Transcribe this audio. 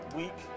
week